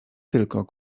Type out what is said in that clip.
tylko